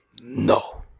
no